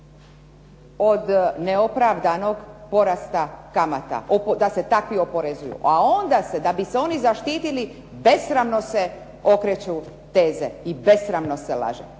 od neopravdanog porasta kamata da se takvi oporezuju, a onda da bi se oni zaštitili besramno se okreću teze i besramno se laže.